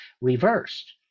reversed